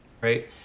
right